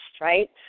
right